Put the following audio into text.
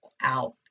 out